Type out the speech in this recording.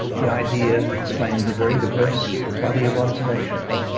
the idea explains a very diverse body of observations,